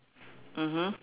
mmhmm